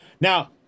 Now